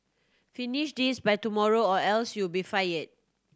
finish this by tomorrow or else you'll be fired